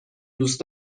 دوست